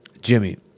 Jimmy